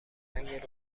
رنگ